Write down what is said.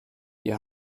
ihr